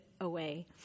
away